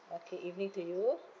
okay evening to you